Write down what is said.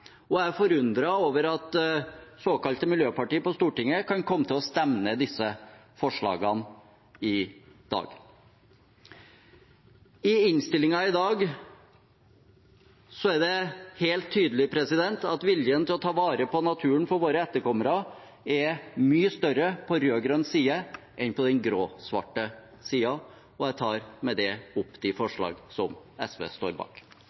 og er forundret over at såkalte miljøpartier på Stortinget kan komme til å stemme ned disse forslagene i dag. I innstillingen i dag er det helt tydelig at viljen til å ta vare på naturen for våre etterkommere er mye større på rød-grønn side enn på den grå-svarte siden, og jeg tar med det opp